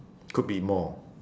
could be more